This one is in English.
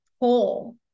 pull